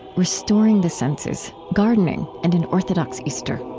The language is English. restoring the senses gardening and an orthodox easter.